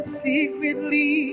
secretly